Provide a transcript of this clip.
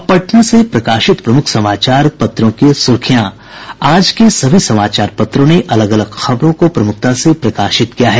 अब पटना से प्रकाशित प्रमुख समाचार पत्रों की सुर्खियां आज के सभी समाचार पत्रों ने अलग अलग खबरों को प्रमुखता से प्रकाशित किया है